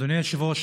אדוני היושב-ראש,